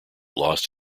lost